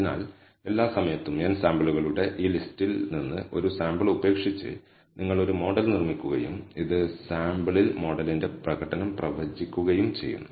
അതിനാൽ എല്ലാ സമയത്തും n സാമ്പിളുകളുടെ ഈ ലിസ്റ്റിൽ നിന്ന് ഒരു സാമ്പിൾ ഉപേക്ഷിച്ച് നിങ്ങൾ ഒരു മോഡൽ നിർമ്മിക്കുകയും ഇടത് സാമ്പിളിൽ മോഡലിന്റെ പ്രകടനം പ്രവചിക്കുകയും ചെയ്യുന്നു